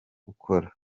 gukora